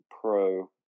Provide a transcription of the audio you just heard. pro